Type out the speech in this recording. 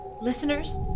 Listeners